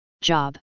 job